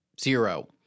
Zero